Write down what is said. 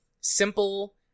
simple